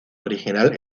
original